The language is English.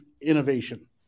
innovation